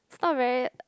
it's not very